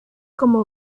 como